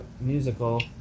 musical